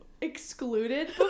excluded